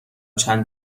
چند